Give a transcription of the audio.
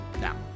Now